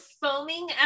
foaming